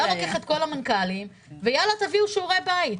לוקח את כל המנכ"לים ותביאו שיעורי בית.